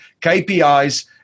KPIs